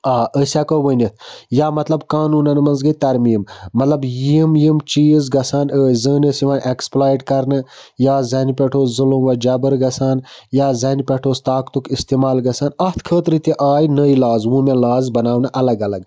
آ أسۍ ہیٚکو ؤنِتھ یا مطلب قانوٗنَن منٛز گٔے تَرمیٖم مطلب یِم یِم چیٖز گژھان ٲسۍ زٔنۍ ٲس یِوان ایٚکٕسپٕلایِٹ کرنہٕ یا زَنہِ پٮ۪ٹھ اوس ظلم و جبر گژھان یا زَنہِ پٮ۪ٹھ اوس طاقتُک اِستعمال گژھان اَتھ خٲطرٕ تہِ آے نٔے لاز ووٗمیٚن لاز بَناونہٕ الگ الگ